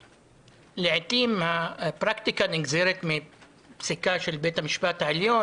לעתים הפרקטיקה נגזרת מפסיקה של בית המשפט העליון